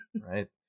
Right